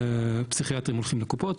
פסיכיאטרים הולכים לקופות,